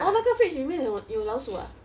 orh 那个那个 fridge 有有老鼠 ah